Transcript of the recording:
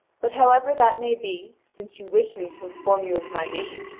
but however that may be, since you wish me to inform you of my name,